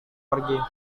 pergi